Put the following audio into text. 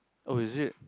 oh is it